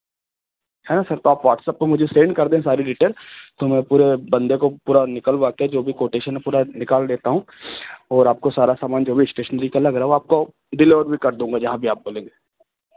है ना सर तो आप वाट्सअप पे मुझे सेंड कर दें सारी डीटेल तो मैं पूरे बंदे को पूरा निकलवा के जो भी कोटेशन है पूरा निकाल देता हूँ और आपको सारा सामान जो भी इस्टेशनरी का लग रहा है वह आपको डिलेवर भी कर दूँगा जहाँ भी आप बोलेंगे